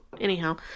Anyhow